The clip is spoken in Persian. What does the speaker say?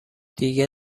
دیگه